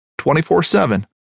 24-7